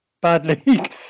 badly